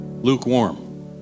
lukewarm